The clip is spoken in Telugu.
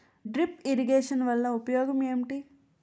డ్రిప్ ఇరిగేషన్ వలన ఉపయోగం ఏంటి